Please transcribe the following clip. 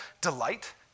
delight